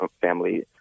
family